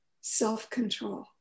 self-control